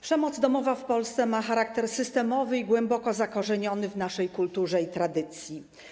Przemoc domowa w Polsce ma charakter systemowy i głęboko zakorzeniony w naszej kulturze i tradycji.